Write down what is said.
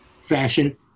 fashion